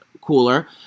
cooler